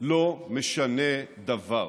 לא משנה דבר.